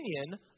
Opinion